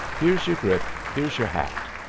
here's your grip, here's your hat.